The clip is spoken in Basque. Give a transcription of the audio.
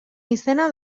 izena